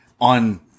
on